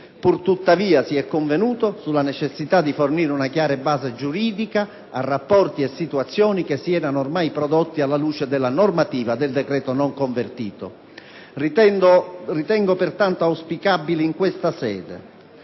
Purtuttavia, si è convenuto sulla necessità di fornire una chiara base giuridica a rapporti e situazioni che si erano ormai prodotti alla luce della normativa del decreto non convertito. Ritengo pertanto auspicabile, in questa sede,